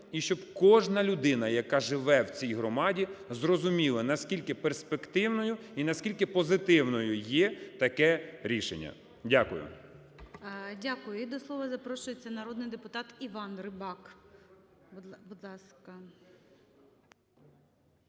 і щоб кожна людина, яка живе в цій громаді, зрозуміла, наскільки перспективною і наскільки позитивною є таке рішення. Дякую. ГОЛОВУЮЧИЙ. Дякую. І до слова запрошується народний депутат Іван Рибак. Будь ласка.